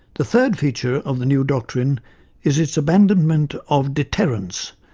the third feature of the new doctrine is its abandonment of deterrence,